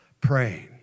praying